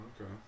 Okay